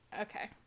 okay